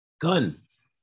guns